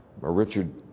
Richard